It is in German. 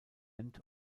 band